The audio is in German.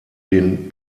den